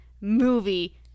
movie